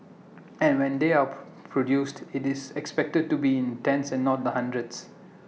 and when they are produced IT is expected to be in tens and not the hundreds